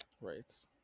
Right